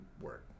work